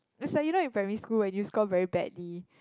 it's like you know in primary school and you score very badly